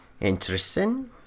Interesting